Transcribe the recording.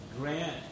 grant